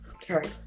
Sorry